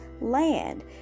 land